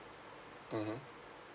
mmhmm